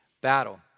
battle